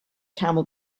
camel